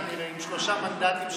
חיונית, כנראה, עם שלושה מנדטים שקיבלתם.